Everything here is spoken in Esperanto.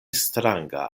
stranga